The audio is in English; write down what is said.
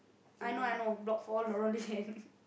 I know I know block four around